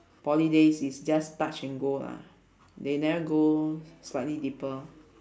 poly days is just touch and go lah they never go slightly deeper